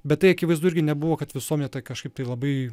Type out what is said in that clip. bet tai akivaizdu irgi nebuvo kad visuomenė tai kažkaip tai labai